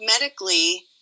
medically